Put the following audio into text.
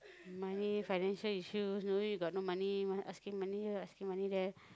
money financial issue don't worry you got no money asking money here asking money there